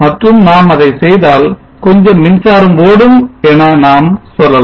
மற்றும் நாம் அதை செய்தால் கொஞ்சம் மின்சாரம் ஓடும் என நாம் சொல்லலாம்